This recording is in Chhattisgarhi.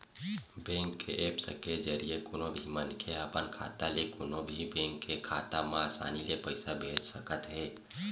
बेंक के ऐप्स के जरिए कोनो भी मनखे ह अपन खाता ले कोनो भी बेंक के खाता म असानी ले पइसा भेज सकत हे